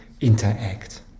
interact